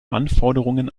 anforderungen